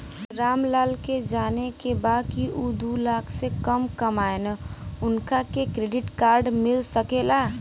राम लाल के जाने के बा की ऊ दूलाख से कम कमायेन उनका के क्रेडिट कार्ड मिल सके ला?